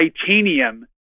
Titanium